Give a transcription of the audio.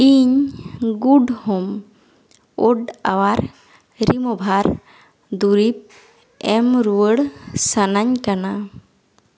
ᱤᱧ ᱜᱩᱰ ᱦᱳᱢ ᱳᱰ ᱟᱣᱟᱨ ᱨᱤᱢᱳᱵᱷᱟᱨ ᱫᱩᱨᱤᱵᱽ ᱮᱢ ᱨᱩᱣᱟᱹᱲ ᱥᱟᱱᱟᱧ ᱠᱟᱱᱟ